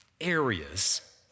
areas